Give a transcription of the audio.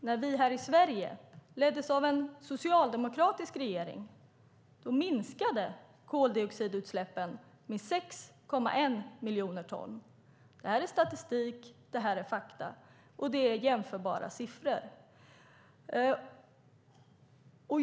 När vi här i Sverige leddes av en socialdemokratisk regering minskade koldioxidutsläppen med 6,1 miljoner ton. Det är statistik och fakta, och det är jämförbara siffror.